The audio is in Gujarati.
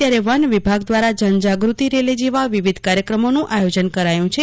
ત્યારે વન વિભાગ દ્વારા જનજાગૃતિ રેલી જેવા વિવિધ કાર્યક્રમોનું આયોજન કરાયું છે